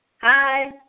hi